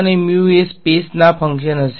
અને એ સ્પેસ ના ફંકશન હશે